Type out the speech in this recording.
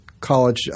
college –